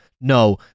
no